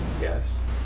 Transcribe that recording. yes